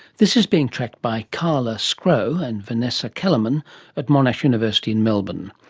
this is being tracked by carla sgro and vanessa kellerman at monash university in melbourne.